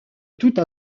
toute